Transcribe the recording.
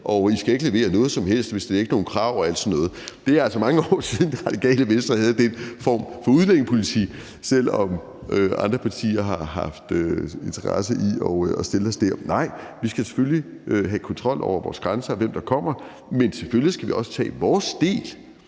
og I skal ikke levere noget som helst, og vi stiller ikke nogen krav – og alt sådan noget . Det er altså mange år siden, at Radikale Venstre havde den form for udlændingepolitik, selv om andre partier har haft en interesse i at stille os der. Nej, vi skal selvfølgelig have kontrol over vores grænser og over, hvem der kommer. Men selvfølgelig skal vi også tage vores del